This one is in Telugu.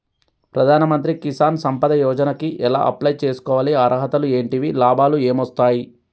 ప్రధాన మంత్రి కిసాన్ సంపద యోజన కి ఎలా అప్లయ్ చేసుకోవాలి? అర్హతలు ఏంటివి? లాభాలు ఏమొస్తాయి?